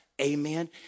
Amen